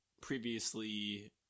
previously